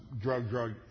drug-drug